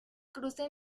cruza